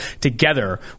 together